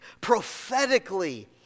prophetically